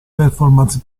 performance